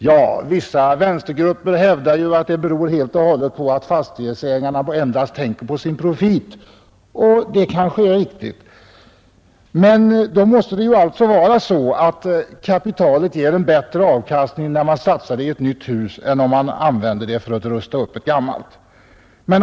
Ja, vissa vänstergrupper hävdar att rivningsraseriet helt beror på att fastighetsägarna bara tänker på sin profit, och det kanske är riktigt. Men då måste det ju vara så att kapitalet ger bättre avkastning om det satsas i ett nytt hus, än om man använder det för att rusta upp ett gammalt.